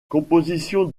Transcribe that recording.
compositions